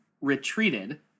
retreated